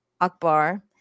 Akbar